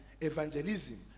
Evangelism